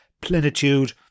plenitude